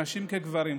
נשים כגברים,